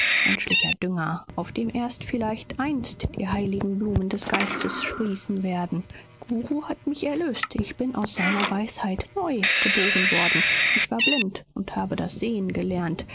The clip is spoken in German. menschlicher dünger auf dem erst vielleicht einst die heiligen blumen des geistes sprießen werden guru hat mich erlöst ich bin aus seiner weisheit neu geboren worden ich war blind und habe das sehen gelernt